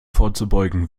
vorzubeugen